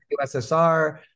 USSR